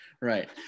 right